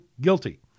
guilty